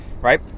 Right